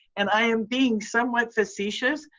and i am being somewhat facetious.